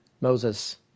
Moses